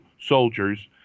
soldiers